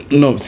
no